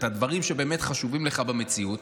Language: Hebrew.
את הדברים שבאמת חשובים לך במציאות,